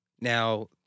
Now